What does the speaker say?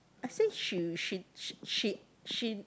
I say she she she she she